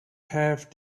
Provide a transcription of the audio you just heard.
have